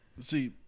See